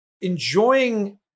enjoying